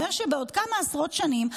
אומר שבעוד כמה עשרות שנים,